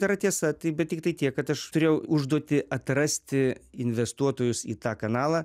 yra tiesa taip bet tiktai tiek kad aš turėjau užduotį atrasti investuotojus į tą kanalą